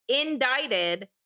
indicted